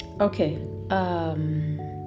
Okay